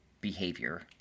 behavior